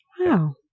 Wow